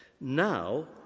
Now